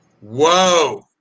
Whoa